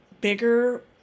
bigger